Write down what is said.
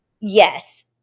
Yes